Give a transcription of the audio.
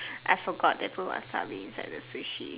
I forgot to put wasabi inside the sushi